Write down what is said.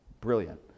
brilliant